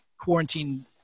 quarantine –